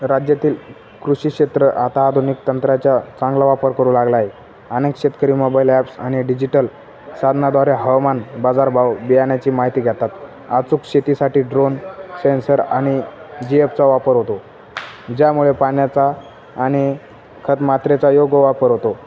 राज्यातील कृषी क्षेत्र आता आधुनिक तंत्र्याचा चांगला वापर करू लागलाय अनेक शेतकरी मोबाईल ॲप्स आणि डिजिटल साधनाद्वारे हवामान बाजारभाव बियाण्याची माहिती घेतात अचूक शेतीसाठी ड्रोन सेन्सर आणि जी एफ चा वापर होतो ज्यामुळे पाण्याचा आणि खतमात्रेचा योग वापर होतो